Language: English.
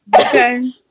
Okay